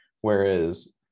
Whereas